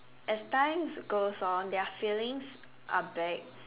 as times goes on their feelings are back